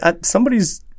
somebody's